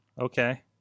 Okay